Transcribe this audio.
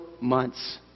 months